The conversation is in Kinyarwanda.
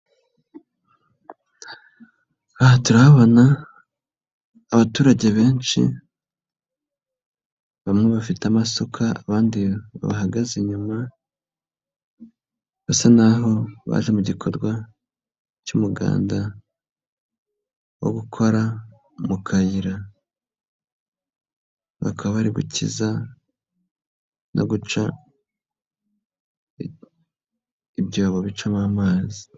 Aha turahabona abaturage benshi, bamwe bafite amasuka abandi bahagaze inyuma,k basa n'aho baje mu gikorwa cy'umuganda wo gukora mu kayira, bakaba bari gukiza no guca ibyobo bicamo amazi.